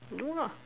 no lah